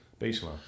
baseline